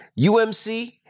UMC